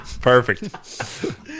Perfect